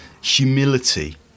humility